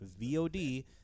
VOD